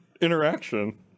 interaction